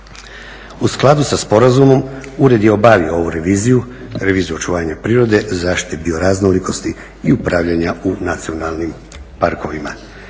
U skladu sa sporazumom ured je obavio ovu reviziju, reviziju očuvanja prirode, zaštite bioraznolikosti i upravljanja u nacionalnim parkovima.